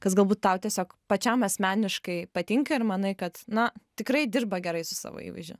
kas galbūt tau tiesiog pačiam asmeniškai patinka ir manai kad na tikrai dirba gerai su savo įvaizdžiu